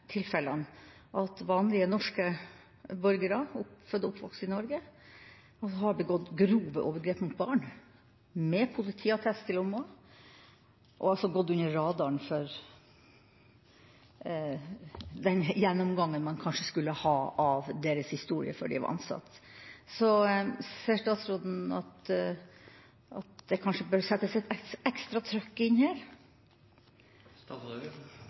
tilfellene, at vanlige norske borgere – født og oppvokst i Norge – med politiattest i lomma har begått grove overgrep mot barn og gått under radaren for den gjennomgangen man kanskje skulle hatt av deres historie før de ble ansatt. Ser statsråden at det kanskje bør settes et ekstra trykk inn her?